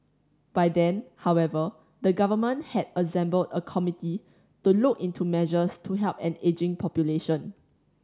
by then however the government had assembled a committee to look into measures to help an ageing population